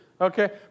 Okay